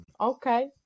okay